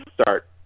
start